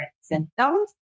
symptoms